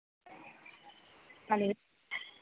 hello